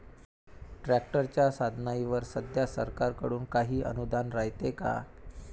ट्रॅक्टरच्या साधनाईवर सध्या सरकार कडून काही अनुदान रायते का?